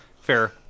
fair